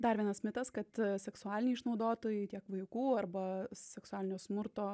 dar vienas mitas kad seksualiniai išnaudotojai tiek vaikų arba seksualinio smurto